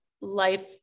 life